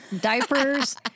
Diapers